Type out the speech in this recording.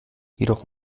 jedoch